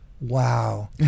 wow